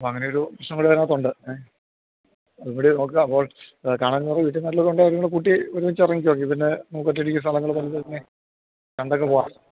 അപ്പം അങ്ങനൊരു പ്രശ്നം കൂടി അതിനകത്തുണ്ട് ഏ ഒന്നും കൂടി നോക്കാം അപ്പോൾ കാണാൻ വേറെ വീട്ടീന്നാരേലും ഒക്കെയുണ്ടോ അവരേം കൂടെ കൂട്ടി ഒരുമിച്ച് ഇറങ്ങിക്കോ എങ്കിൽ പിന്നെ നമുക്ക് ഒറ്റടിക്ക് സ്ഥലങ്ങളൊക്കെ കണ്ടിട്ടങ്ങനെ കണ്ടങ്ങു പോകാം